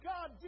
God